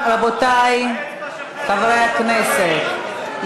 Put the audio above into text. רבותי חברי הכנסת,